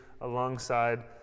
alongside